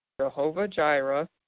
Jehovah-Jireh